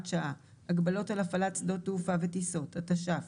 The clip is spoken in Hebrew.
שעה) (הגבלות על הפעלת שדות תעופה וטיסות) התש״ף